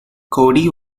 cody